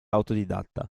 autodidatta